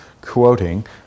quoting